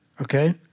Okay